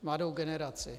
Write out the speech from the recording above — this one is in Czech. Mladou generaci.